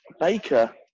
Baker